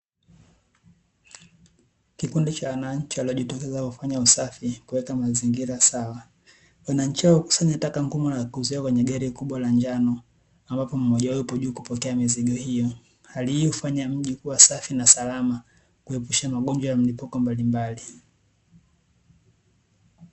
Kikundi cha wananchi waliojitokeza kufanya usafi kuweka mazingira sawa. Wananchi hao hukusanya taka ngumu na kuziweka kwenye gari kubwa la njano, ambapo mmojawao yupo juu kupokea mizigo hiyo. Hali hiyo hufanya mji kuwa safi na salama, kuepusha magonjwa ya mlipuko mbalimbali.